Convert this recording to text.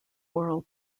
oral